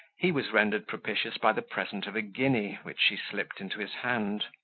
he was rendered propitious by the present of a guinea, which she slipped into his hand.